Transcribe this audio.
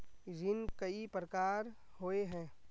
ऋण कई प्रकार होए है?